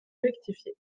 rectifié